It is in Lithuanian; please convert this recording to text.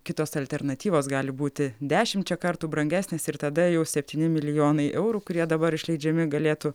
kitos alternatyvos gali būti dešimčia kartų brangesnės ir tada jau septyni milijonai eurų kurie dabar išleidžiami galėtų